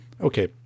Okay